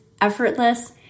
effortless